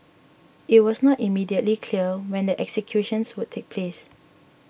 it was not immediately clear when the executions would take place